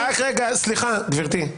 רק רגע, סליחה גבירתי.